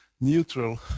neutral